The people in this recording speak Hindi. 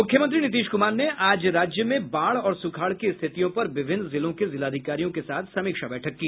मूख्यमंत्री नीतीश कुमार ने आज राज्य में बाढ़ और सूखाड़ की स्थितियों पर विभिन्न जिलों के जिलाधिकारियों के साथ समीक्षा बैठक की